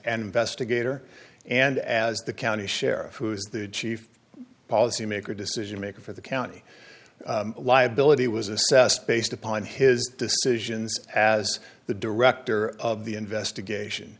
an investigator and as the county sheriff who is the chief policymaker decision maker for the county liability was assessed based upon his decisions as the director of the investigation